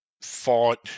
fought